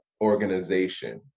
organization